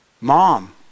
Mom